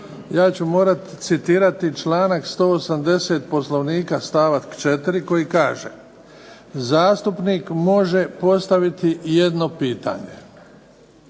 Ja ću morati citirati članak 180. Poslovnika, stavak 4. koji kaže: "Zastupnik može postaviti jedno pitanje".